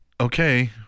Okay